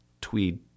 tweed